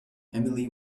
emily